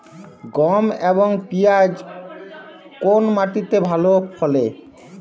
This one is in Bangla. গম এবং পিয়াজ কোন মাটি তে ভালো ফলে?